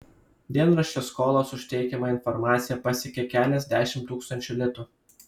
dienraščio skolos už teikiamą informaciją pasiekė keliasdešimt tūkstančių litų